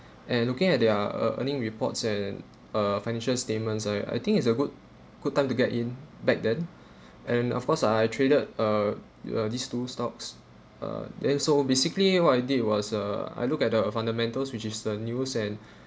and looking at their ear~ earnings reports and uh financial statements right I think it's a good good time to get in back then and of course I I traded uh the uh these two stocks uh then so basically what I did was uh I looked at the fundamentals which is the news and